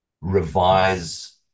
revise